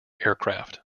aircraft